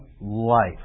life